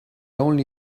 only